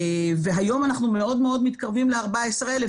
והיום אנחנו מאוד מאוד מתקרבים ל-14,000,